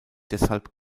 deshalb